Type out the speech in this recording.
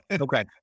Okay